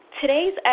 Today's